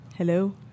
Hello